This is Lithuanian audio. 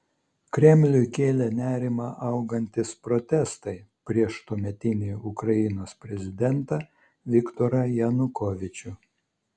kremliui kėlė nerimą augantys protestai prieš tuometinį ukrainos prezidentą viktorą janukovyčių